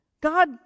god